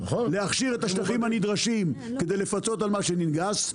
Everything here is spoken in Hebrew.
להכשיר את השטחים הנדרשים כדי לפצות על מה שננגס.